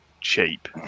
cheap